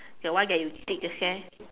the one that you dig the sand